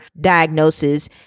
diagnosis